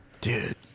Dude